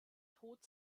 tod